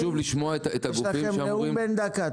יש לכן נאום בן דקה.